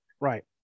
Right